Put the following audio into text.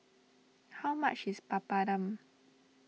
how much is Papadum